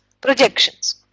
Projections